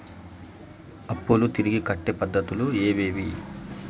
అప్పులు తిరిగి కట్టే పద్ధతులు ఏవేవి